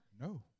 No